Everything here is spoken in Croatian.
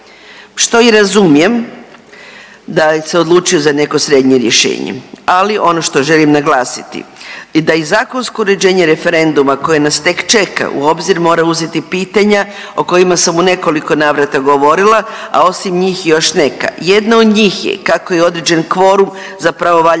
što i razumijem da se odlučio za neko srednje rješenje, ali ono što želim naglasiti da i zakonsko uređenje referenduma koje nas tek čeka u obzir mora uzeti pitanja o kojima sam u nekoliko navrata govorila, a osim njih još neka. Jedno od njih je kako je određen kvorum za pravovaljanost